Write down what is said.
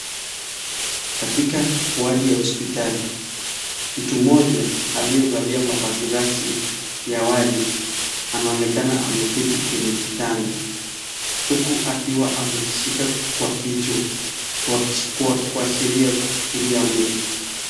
Katika wadi ya hospitali, mtu moja aliyevalia mavazi rasmi ya wadi anaonekana ameketi kwenye kitanda huku akiwa amejishika kwa kichwa kuashiria kufikiria mengi.